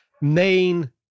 main